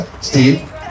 Steve